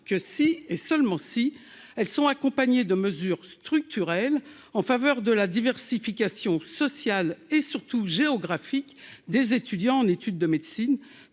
que si et seulement si elles sont accompagnées de mesures structurelles en faveur de la diversification de l'origine sociale et surtout géographique des étudiants en médecine,